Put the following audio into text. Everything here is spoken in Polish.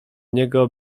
niego